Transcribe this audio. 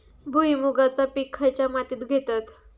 भुईमुगाचा पीक खयच्या मातीत घेतत?